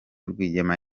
rwigema